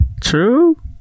true